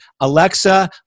Alexa